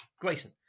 Grayson